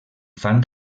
fan